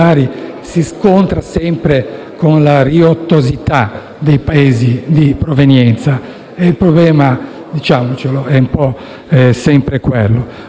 si scontra sempre con la riottosità dei Paesi di provenienza e il problema - diciamocelo - è un po' sempre quello.